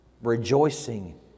Rejoicing